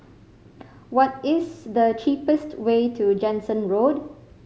what is the cheapest way to Jansen Road